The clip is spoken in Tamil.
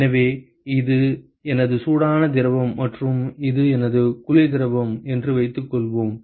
எனவே இது எனது சூடான திரவம் மற்றும் இது எனது குளிர் திரவம் என்று வைத்துக்கொள்வோம்